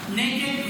נגד,